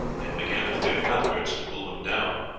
and began with their halberts to pull them down,